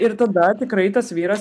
ir tada tikrai tas vyras